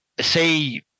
say